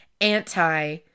anti